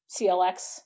CLX